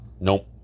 nope